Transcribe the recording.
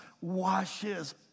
washes